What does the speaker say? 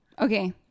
Okay